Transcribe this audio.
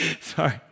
Sorry